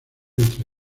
entre